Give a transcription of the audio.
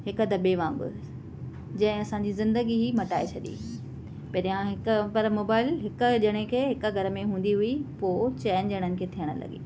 हिकु दॿे वांगुर जे असांजी जिंदगी ई मटाए छॾी कॾहिं हा हिकु मोबाइल हिक ॼणे खे हिक घर में हूंदी हुई पोइ चइनि ॼणनि खे थियणु लॻी